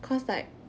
cause like